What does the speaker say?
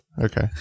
Okay